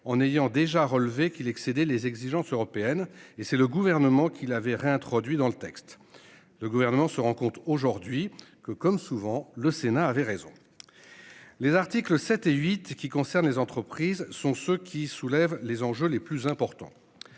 en ayant déjà relevé qu'il excédait les exigences européennes et c'est le gouvernement qui l'avaient réintroduit dans le texte. Le gouvernement se rend compte aujourd'hui que comme souvent le Sénat avait raison. Les articles 7 et 8 qui concerne les entreprises sont ce qui soulève les enjeux les plus importants.